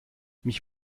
mich